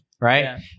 right